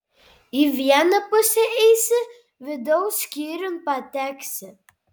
į vieną pusę eisi vidaus skyriun pateksi